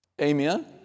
Amen